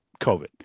COVID